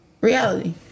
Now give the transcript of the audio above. reality